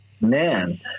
man